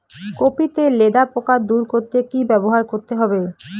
Copy তে লেদা পোকা দূর করতে কি ব্যবহার করতে হবে?